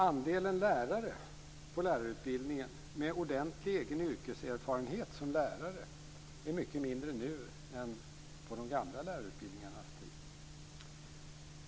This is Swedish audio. Andelen lärare på lärarutbildningen med ordentlig egen yrkeserfarenhet som lärare är mycket mindre nu än på de gamla lärarutbildningarnas tid.